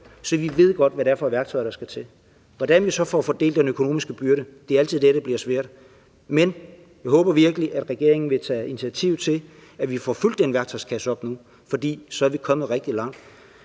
så vi ved godt, hvad det er for værktøjer, der skal til. Hvordan vi så får fordelt den økonomiske byrde, er altid der, hvor det bliver svært. Men jeg håber virkelig, at regeringen vil tage initiativ til, at vi får fyldt den værktøjskasse op nu, for så er vi kommet rigtig langt.